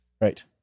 Right